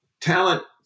talent